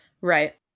Right